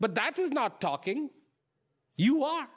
but that is not talking you are